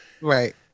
Right